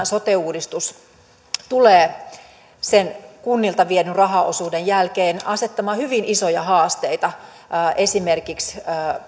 sote uudistus tulee sen kunnilta viedyn rahaosuuden jälkeen asettamaan hyvin isoja haasteita esimerkiksi